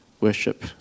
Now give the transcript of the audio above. worship